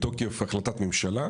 מתוקף החלטת ממשלה,